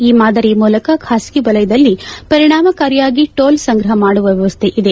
ಈ ಮಾದರಿ ಮೂಲಕ ಬಾಸಗಿ ವಲಯದಲ್ಲಿ ಪರಿಣಾಮಕಾರಿಯಾಗಿ ಟೋಲ್ ಸಂಗ್ರಹ ಮಾಡುವ ವ್ಯವಸ್ನೆ ಇದೆ